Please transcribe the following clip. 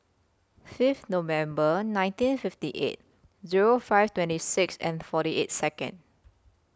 Fifth November nineteen fifty eight Zero five twenty six and forty eight Second